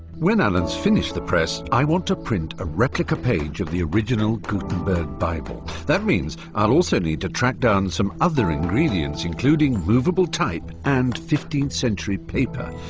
when alan's finished the press, i want to print a replica page of the original gutenberg bible. that means i'll also need to track down some other ingredients, including moveable type and fifteenth century paper.